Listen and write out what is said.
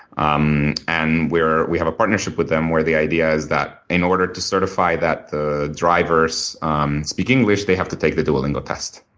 um and we have a partnership with them where the idea is that in order to certify that the drivers speak english, they have to take the duolingo test.